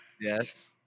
Yes